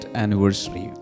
anniversary